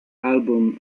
album